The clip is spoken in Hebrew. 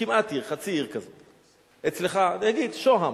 זו כמעט עיר, חצי עיר כזאת, אצלך, אני אגיד: שוהם,